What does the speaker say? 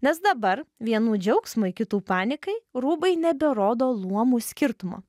nes dabar vienų džiaugsmui kitų panikai rūbai neberodo luomų skirtumo